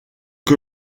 que